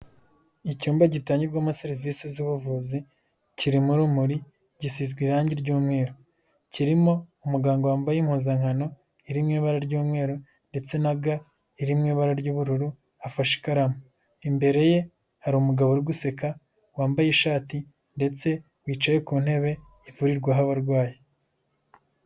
Icyumba gitangirwamo serivisi z'ubuvuzi, kirimo urumuri gisizwe irangi ry'umweru, kirimo umuganga wambaye impuzankano iririmo ibara ry'umweru ndetse na ga irimo ibara ry'ubururu afashe ikaramu, imbere ye hari umugabo uri guseka wambaye ishati ndetse wicaye ku ntebe ivurirwaho abarwayi.